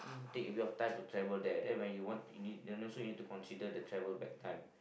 take of your time to travel there then when you want you need and you also need to consider the travel back time